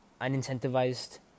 unincentivized